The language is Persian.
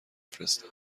فرستم